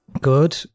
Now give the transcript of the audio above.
Good